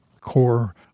core